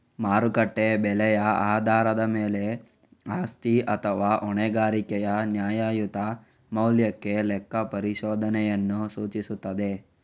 ಮಾರುಕಟ್ಟೆ ಬೆಲೆಯ ಆಧಾರದ ಮೇಲೆ ಆಸ್ತಿ ಅಥವಾ ಹೊಣೆಗಾರಿಕೆಯ ನ್ಯಾಯಯುತ ಮೌಲ್ಯಕ್ಕೆ ಲೆಕ್ಕಪರಿಶೋಧನೆಯನ್ನು ಸೂಚಿಸುತ್ತದೆ